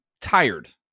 tired